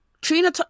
Trina